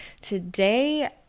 today